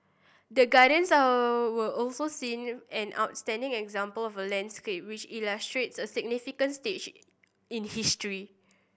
the Gardens was also seen an outstanding example of a landscape which illustrates a significant stage in history